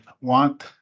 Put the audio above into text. want